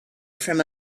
from